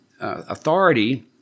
authority